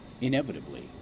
inevitably